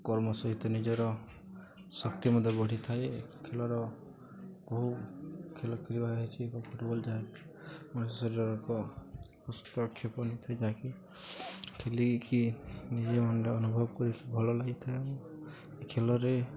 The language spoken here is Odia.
କର୍ମ ସହିତ ନିଜର ଶକ୍ତି ମଧ୍ୟ ବଢ଼ିଥାଏ ଖେଳର ବହୁ ଖେଳ ଖେଳିବା ହେଉଛିି ଏକ ଫୁଟବଲ ଯାହାକି ମଣିଷ ଶରୀର ଏକ ପୁସ୍ତକକ୍ଷେପ ନେଇଥାଏ ଯାହାକି ଖେଳିକି ନିଜେ ମନଟା ଅନୁଭବ କରିକି ଭଲ ଲାଗିଥାଏ ଆଉ ଖେଳରେ